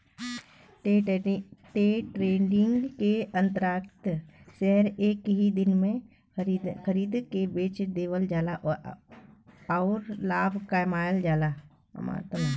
day trading के अंतर्गत share एक ही दिन में खरीद के बेच देवल जाला आउर लाभ कमायल जाला